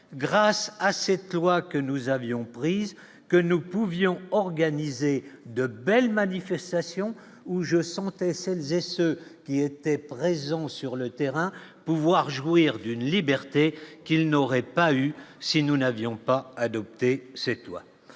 grâce à cette loi que nous avions prises que nous pouvions organiser de belles manifestations où je sentais celles et ceux qui étaient présents sur le terrain, pouvoir jouir d'une liberté qu'il n'aurait pas eu si nous n'avions pas adopter cette toi